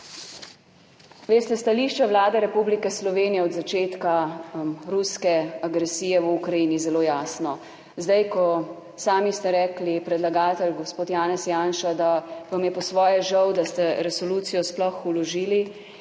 veste, stališče Vlade Republike Slovenije od začetka ruske agresije v Ukrajini zelo jasno. Zdaj, ko sami ste rekli, predlagatelj, gospod Janez Janša, da vam je po svoje žal, da ste resolucijo **71. TRAK: